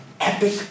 epic